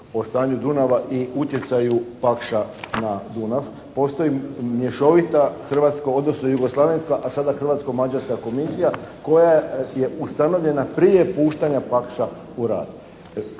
o stanju Dunava i utjecaju "Paksa" na Dunav. Postoji mješovita hrvatska odnosno jugoslavenska a sada hrvatsko-mađarska komisija koja je ustanovljena prije puštanja "Paksa" u rad.